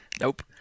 nope